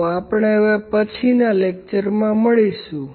તો આપણે હવે પછીનાં લેક્ચરમાં મળીશું